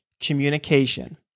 communication